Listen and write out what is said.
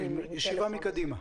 לגבי ישיבה מקדימה.